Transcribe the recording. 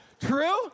True